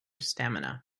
stamina